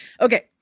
Okay